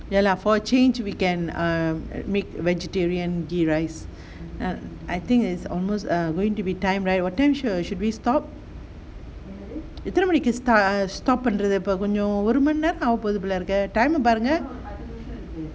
ya lah for a change we can um make vegetarian ghee rice err I think it's almost err going to be time right or what time should we stop எத்தன மணிக்கு:ethana maniku start err stop பண்றது கொஞ்சம் ஒரு மணி நேரம் ஆகா போறது போல இருக்கே:pandrathu konjam oru mani neram aaga porathu pola iruke time பாருங்க:paarunga